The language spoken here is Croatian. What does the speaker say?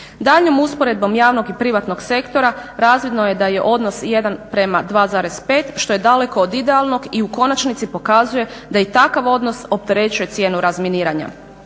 Daljnjom usporedbom javnog i privatnog sektora razvidno je da je odnos 1:2,5 što je daleko od idealnog i u konačnici pokazuje da i takav odnos opterećuje cijenu razminiranja.